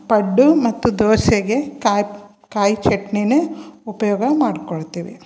ಪಡ್ಡು ಮತ್ತು ದೋಸೆಗೆ ಕಾಯಿ ಕಾಯಿ ಚಟ್ನಿನೇ ಉಪಯೋಗ ಮಾಡಿಕೊಳ್ತೀವಿ